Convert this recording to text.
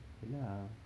iya lah